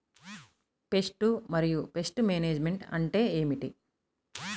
Pest మరియు pest management అంటే ఏమిటి?